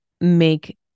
make